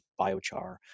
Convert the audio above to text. biochar